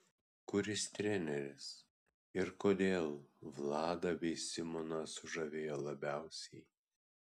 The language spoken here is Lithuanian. kuris treneris ir kodėl vladą bei simoną sužavėjo labiausiai